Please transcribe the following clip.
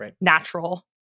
natural